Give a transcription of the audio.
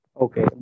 Okay